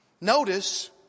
notice